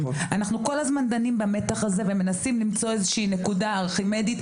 אנחנו כל הזמן דנים במתח הזה ומנסים למצוא נקודה ארכימדית.